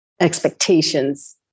expectations